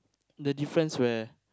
the difference where